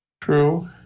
True